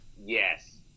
Yes